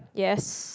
yes